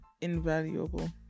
invaluable